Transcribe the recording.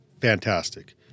Fantastic